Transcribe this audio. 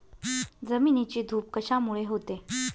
जमिनीची धूप कशामुळे होते?